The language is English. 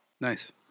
Nice